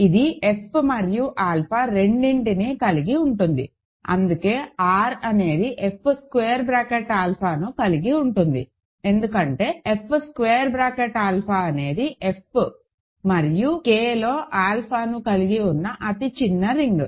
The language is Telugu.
ఇది F మరియు ఆల్ఫా రెండింటినీ కలిగి ఉంటుంది అందుకే R అనేది F స్క్వేర్ బ్రాకెట్ ఆల్ఫాను కలిగి ఉంటుంది ఎందుకంటే F స్క్వేర్ బ్రాకెట్ ఆల్ఫా అనేది F మరియు Kలో ఆల్ఫాను కలిగి ఉన్న అతి చిన్న రింగ్